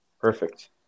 Perfect